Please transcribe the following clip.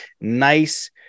nice